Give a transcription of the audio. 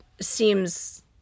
seems